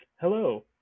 Hello